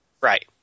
Right